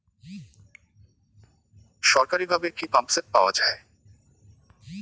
সরকারিভাবে কি পাম্পসেট পাওয়া যায়?